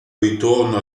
ritorno